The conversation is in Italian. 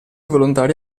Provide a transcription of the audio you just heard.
volontari